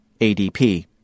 ADP